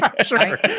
Sure